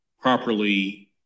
properly